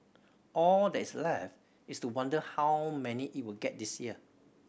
all that's left is to wonder how many it will get this year